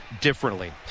differently